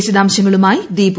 വിശദാംശങ്ങളുമായി ദീപു